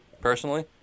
personally